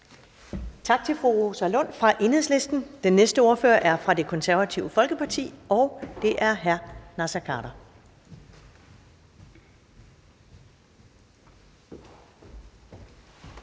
Tak til fru Rosa Lund fra Enhedslisten. Den næste ordfører er fra Det Konservative Folkeparti, og det er hr. Naser Khader.